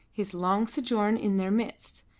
his long sojourn in their midst,